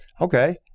Okay